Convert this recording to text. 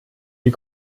die